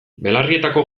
belarrietako